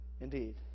Indeed